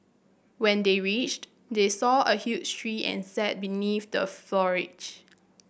when they reached they saw a huge tree and sat beneath the foliage